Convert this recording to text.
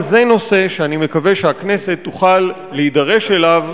גם זה נושא שאני מקווה שהכנסת תוכל להידרש אליו